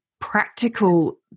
practical